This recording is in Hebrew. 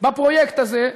בפרויקט הזה,